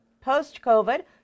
post-COVID